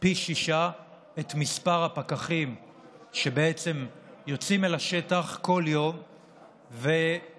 את מספר הפקחים שיוצאים אל השטח בכל יום ועושים